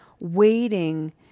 waiting